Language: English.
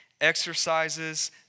exercises